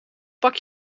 pak